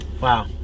Wow